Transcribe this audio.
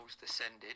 descended